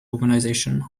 organization